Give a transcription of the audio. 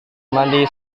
mandi